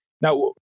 now